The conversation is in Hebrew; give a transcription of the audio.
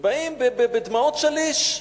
בדמעות שליש: